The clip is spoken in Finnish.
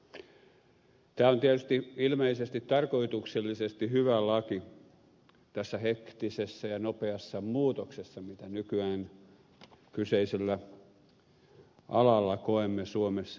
tämä on tietysti ilmeisesti tarkoituksellisesti hyvä laki tässä hektisessä ja nopeassa muutoksessa jota nykyään kyseisellä alalla koemme suomessa